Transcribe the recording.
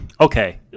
okay